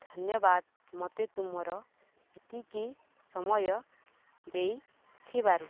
ଧନ୍ୟବାଦ ମୋତେ ତୁମର ଏତିକି ସମୟ ଦେଇଥିବାରୁ